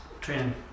training